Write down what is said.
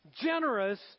generous